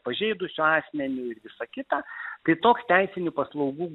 pažeidusių asmenių ir visa kita tai toks teisinių paslaugų